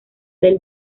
del